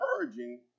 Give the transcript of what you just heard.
encouraging